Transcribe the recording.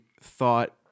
thought